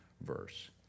verse